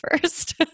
first